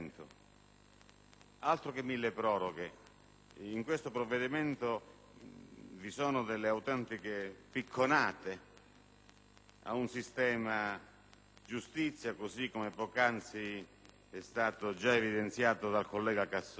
Altro che milleproroghe! In questo testo vi sono delle autentiche picconate al sistema giustizia, così come poc'anzi evidenziato dal collega Casson.